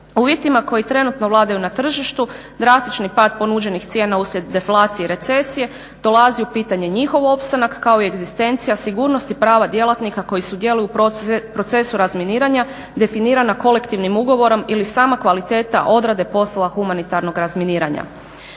U uvjetima koji trenutno vladaju na tržištu drastični pad ponuđenih cijena uslijed deflacije i recesije dolazi u pitanje njihov opstanak kao i egzistencija sigurnosti prava djelatnika koji sudjeluju u procesu razminiranja, definirana kolektivnim ugovorom ili sama kvaliteta odrade poslova humanitarnog razminiranja.